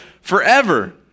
forever